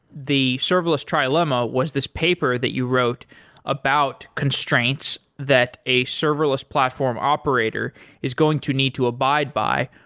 the serverless trilema was this paper that you wrote about constraints that a serverless platform operator is going to need to abide by.